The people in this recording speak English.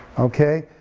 okay,